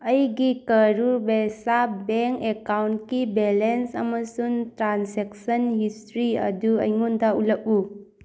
ꯑꯩꯒꯤ ꯀꯔꯨꯔ ꯚꯦꯁꯥ ꯕꯦꯡ ꯑꯦꯀꯥꯎꯟꯀꯤ ꯕꯦꯂꯦꯟꯁ ꯑꯃꯁꯨꯡ ꯇ꯭ꯔꯥꯟꯖꯦꯛꯁꯟ ꯍꯤꯁꯇ꯭ꯔꯤ ꯑꯗꯨ ꯑꯩꯉꯣꯟꯗ ꯎꯠꯂꯛꯎ